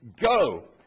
go